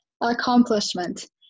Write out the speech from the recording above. accomplishment